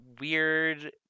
weird